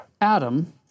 Adam